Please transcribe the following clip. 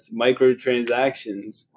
microtransactions